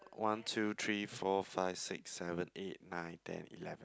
one two three four five six seven eight nine ten eleven